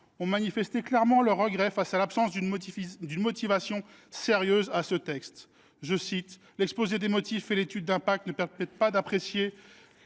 ont manifesté clairement leur regret devant l’absence de motivation sérieuse de ce texte. « L’exposé des motifs et l’étude d’impact ne permettent pas d’apprécier